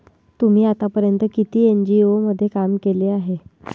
तुम्ही आतापर्यंत किती एन.जी.ओ मध्ये काम केले आहे?